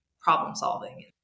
problem-solving